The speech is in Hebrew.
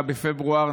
9 בפברואר,